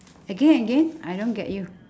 again again I don't get you